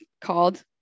called